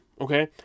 okay